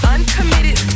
Uncommitted